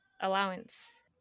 allowance